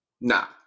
Now